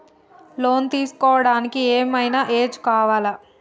Loan తీస్కోవడానికి ఏం ఐనా ఏజ్ కావాలా?